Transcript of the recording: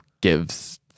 gives